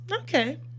Okay